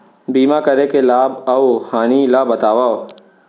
बीमा करे के लाभ अऊ हानि ला बतावव